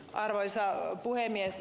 arvoisa puhemies